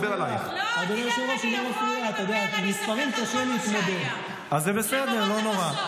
יודע שזה קצת קשה -- מה זה,